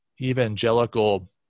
evangelical